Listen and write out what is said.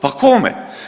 Pa kome?